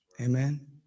Amen